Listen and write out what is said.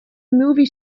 movie